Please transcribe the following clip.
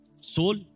Soul